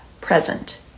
present